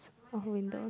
windows